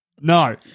No